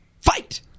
fight